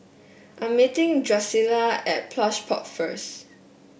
I'm meeting Drucilla at Plush Pods first